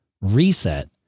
Reset